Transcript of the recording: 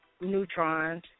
neutrons